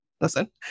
listen